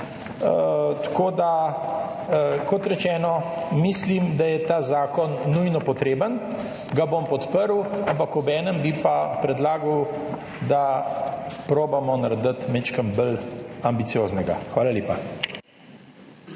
tisoč 300. Kot rečeno, mislim, da je ta zakon nujno potreben, ga bom podprl, ampak obenem bi predlagal, da ga poskusimo narediti majčkeno bolj ambicioznega. Hvala lepa.